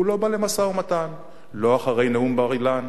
הוא לא בא למשא-ומתן, לא אחרי נאום בר-אילן.